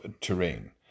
terrain